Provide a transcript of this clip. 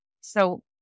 So-